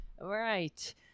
Right